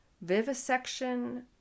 vivisection